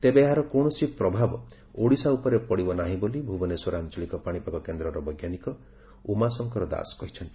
ତେବେ ଏହାର କୌଶସି ପ୍ରଭାବ ଓଡ଼ିଶା ଉପରେ ପଡ଼ିବ ନାହି ବୋଲି ଭୁବନେଶ୍ୱର ଆଞ୍ଚଳିକ ପାଶିପାଗ କେନ୍ଦର ବୈଙ୍କାନିକ ଉମାଶଙ୍କର ଦାସ କହିଛନ୍ତି